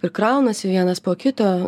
ir kraunasi vienas po kito